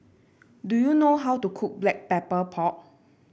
do you know how to cook Black Pepper Pork